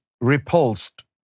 repulsed